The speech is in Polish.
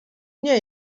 nie